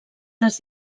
les